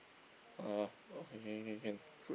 ah okay K K K can